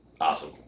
Awesome